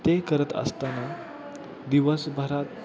ते करत असताना दिवसभरात